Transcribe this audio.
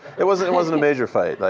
it wasn't it wasn't a major fight.